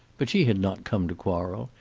but she had not come to quarrel.